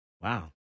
Wow